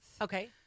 Okay